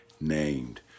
named